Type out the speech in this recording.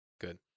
Good